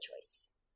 choice